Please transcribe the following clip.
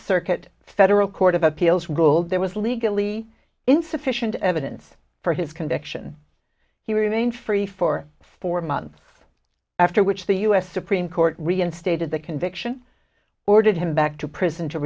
circuit federal court of appeals ruled there was legally insufficient evidence for his action he remained free for four months after which the u s supreme court reinstated the conviction ordered him back to prison to